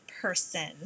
person